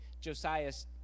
Josiah's